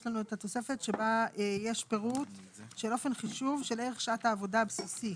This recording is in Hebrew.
יש לנו את התוספת שבה יש פירוט של אופן חישוב של איך שעת העבודה הבסיסי,